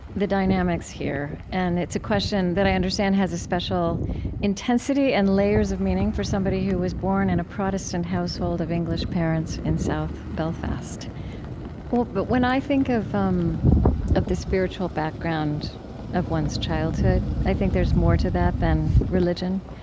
the dynamics here. and it's a question that i understand has a special intensity and layers of meaning for somebody who was born in a protestant household of english parents in south belfast but when i think of um of the spiritual background of one's childhood, i think there's more to that than religion.